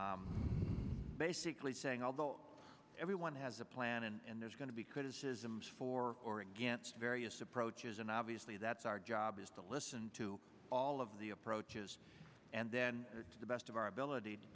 article basically saying although everyone has a plan and there's going to be criticisms for or against various approaches and obviously that's our job is to listen to all of the approaches and then to the best of our ability to